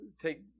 take